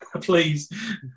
please